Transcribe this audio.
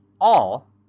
all-